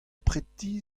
preti